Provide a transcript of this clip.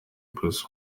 bruce